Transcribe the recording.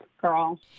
Girl